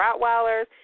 Rottweilers